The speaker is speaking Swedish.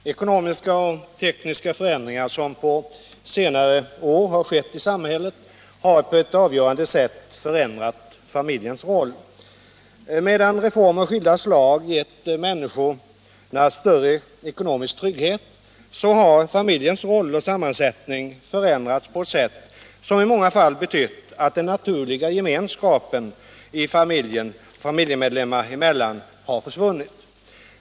Herr talman! Ekonomiska och tekniska förändringar som på senare år har skett i samhället har på ett avgörande sätt förändrat familjens roll. Medan reformer av skilda slag gett människorna större ekonomisk trygghet, har familjens roll och sammansättning förändrats på ett sätt som i många fall betytt att den naturliga gemenskapen i familjen familjemedlemmar emellan har försvunnit.